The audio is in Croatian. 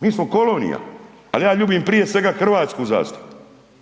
mi smo kolonija. Ali ja ljubim prije svega hrvatsku zastavu